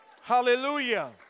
Hallelujah